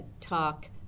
talk